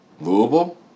Louisville